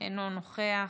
אינו נוכח,